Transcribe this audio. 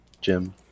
Jim